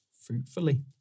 fruitfully